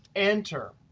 enter.